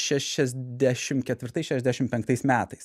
šešiasdešim ketvirtais šešiasdešim penktais metais